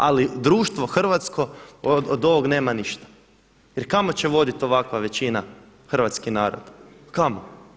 Ali društvo hrvatsko od ovoga nema ništa jer kamo će voditi ovakva većina hrvatski narod, kamo?